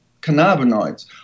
cannabinoids